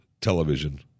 television